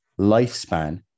lifespan